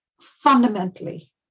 fundamentally